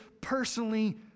personally